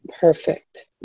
Perfect